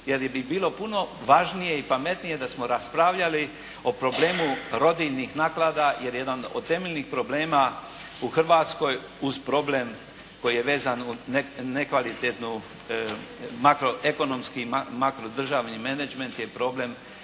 jer bi bilo puno važnije i pametnije da smo raspravljali o problemu rodiljnih naknada jer jedan od temeljnih problema u Hrvatskoj uz problem koji je vezan uz nekvalitetnu makroekonomski i makrodržavni menadžment je problem